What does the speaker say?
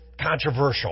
controversial